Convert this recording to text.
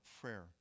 prayer